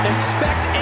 Expect